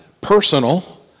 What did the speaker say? personal